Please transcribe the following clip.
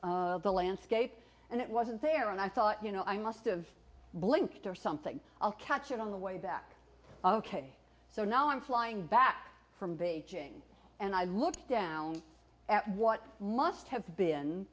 the landscape and it wasn't there and i thought you know i must've blinked or something i'll catch it on the way back ok so now i'm flying back from beijing and i looked down at what must have been